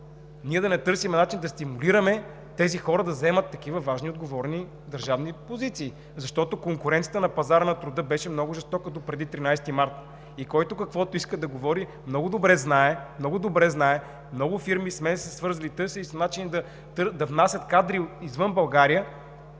– да не търсим начин да стимулираме тези хора да заемат такива важни, отговорни държавни позиции. Конкуренцията на пазара на труда беше много жестока допреди 13 март. Кой каквото иска да говори, много добре знае – с мен са се свързвали много фирми, търсели са начин да внасят кадри извън България.